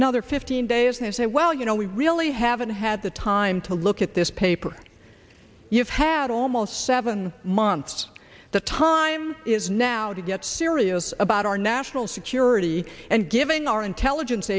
the other fifteen days and say well you know we really haven't had the time to look at this paper you've had almost seven months the time is now to get serious about our national security and giving our intelligence